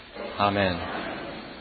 Amen